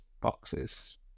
boxes